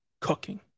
cooking